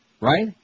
Right